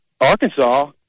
Arkansas